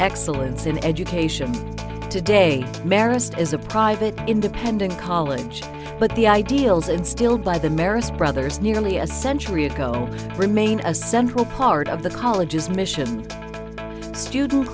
excellence in education today merest is a private independent college but the ideals instilled by the merest brothers nearly a century ago remain a central part of the college's mission student